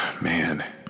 Man